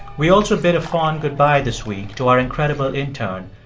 we also bid a fond goodbye this week to our incredible intern,